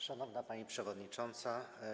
Szanowna Pani Przewodnicząca!